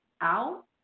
out